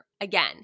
Again